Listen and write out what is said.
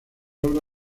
obra